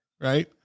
Right